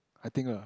I think lah